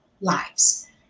lives